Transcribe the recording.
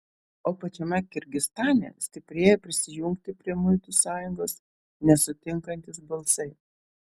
o pačiame kirgizstane stiprėja prisijungti prie muitų sąjungos nesutinkantys balsai